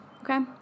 Okay